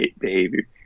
behavior